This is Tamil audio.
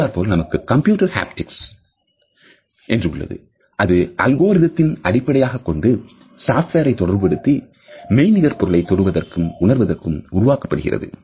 அடுத்தாற்போல் நமக்கு கம்ப்யூட்டர் ஹாப்டிக்ஸ்Computer Hapticsஇன்று உள்ளது இது அல்கோரிதத்தை அடிப்படையாகக் கொண்டு சாஃப்ட்வேரை தொடர்புபடுத்தி மெய்நிகர் பொருளை தொடுவதற்கும் உணர்வதற்கும் உருவாக்கப்படுகிறது